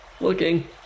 Looking